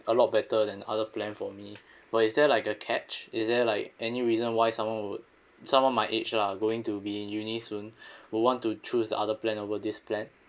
a lot better than other plan for me but is there like a catch is there like any reason why someone would someone my age lah going to be in uni soon will want to choose the other plan over this plan